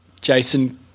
Jason